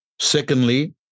Secondly